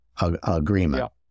agreement